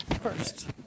first